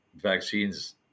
vaccines